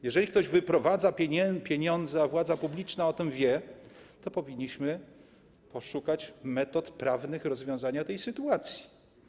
Jeżeli ktoś wyprowadza pieniądze, a władza publiczna o tym wie, to powinniśmy poszukać metod prawnych rozwiązania tej sytuacji.